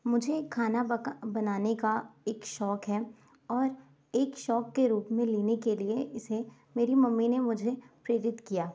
मुझे खाना बनाने का एक शौक है और एक शौक के रूप में लेने के लिए इसे मेरी मम्मी ने मुझे प्रेरित किया